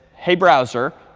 hey, browser,